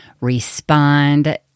respond